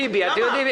רוב נגד,